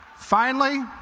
finally,